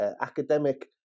academic